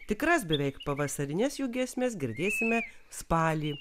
tikras beveik pavasarines jų giesmes girdėsime spalį